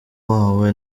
wawe